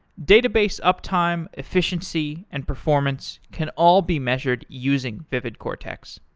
database uptime, efficiency, and performance can all be measured using vividcortex.